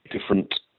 different